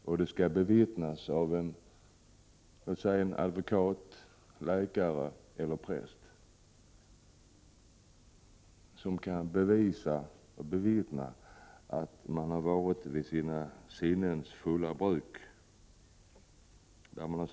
Testamentet skall bevittnas av en advokat, läkare eller präst, som kan bevisa att vederbörande var vid sina sinnens fulla bruk när viljeförklaringen avgavs.